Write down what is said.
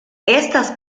estas